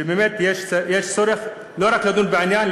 ובאמת יש צורך לא רק לדון בעניין,